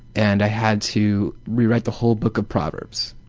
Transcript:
and i had to rewrite the whole book of proverbs.